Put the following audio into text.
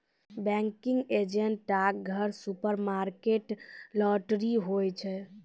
banking agent डाकघर, supermarket, lottery, हुवै छै